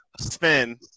Spin